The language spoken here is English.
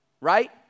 Right